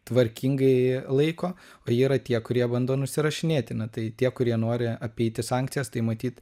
tvarkingai laiko o yra tie kurie bando nusirašinėti nu tai tie kurie nori apeiti sankcijas tai matyt